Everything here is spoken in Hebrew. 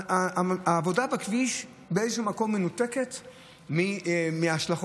העבודה בכביש באיזשהו מקום מנותקת מההשלכות.